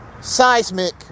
seismic